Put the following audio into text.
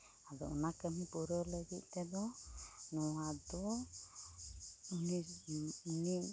ᱟᱫᱚ ᱚᱱᱟ ᱠᱟᱹᱢᱤ ᱯᱩᱨᱟᱹᱣ ᱞᱟᱹᱜᱤᱫ ᱛᱮᱫᱚ ᱱᱚᱣᱟ ᱫᱚ ᱩᱱᱤ